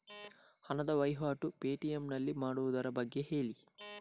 ಹಣದ ವಹಿವಾಟು ಪೇ.ಟಿ.ಎಂ ನಲ್ಲಿ ಮಾಡುವುದರ ಬಗ್ಗೆ ಹೇಳಿ